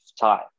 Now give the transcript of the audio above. time